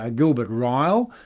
ah gilbert ryle,